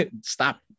stop